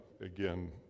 again